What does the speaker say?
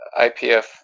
IPF